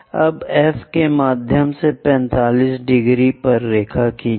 अब F के माध्यम से 45 डिग्री पर रेखा खींचें